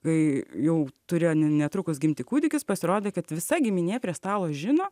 kai jau turėjo ne netrukus gimti kūdikis pasirodė kad visa giminė prie stalo žino